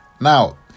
Now